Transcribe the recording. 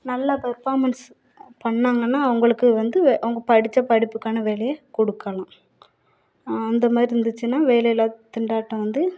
நல்ல பர்ஃபாமென்ஸ் பண்ணாங்கன்னால் அவங்களுக்கு வந்து அவங்க படித்தபடிப்புக்கான வேலையை கொடுக்கலாம் அந்த மாதிரி இருந்துச்சின்னால் வேலையில்லா திண்டாட்டம் வந்து